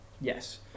Yes